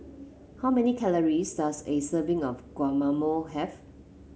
how many calories does a serving of Guacamole have